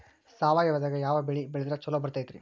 ಸಾವಯವದಾಗಾ ಯಾವ ಬೆಳಿ ಬೆಳದ್ರ ಛಲೋ ಬರ್ತೈತ್ರಿ?